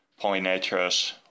pollinators